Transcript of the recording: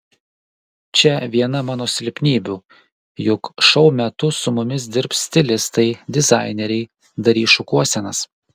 čia viena mano silpnybių juk šou metu su mumis dirbs stilistai dizaineriai darys šukuosenas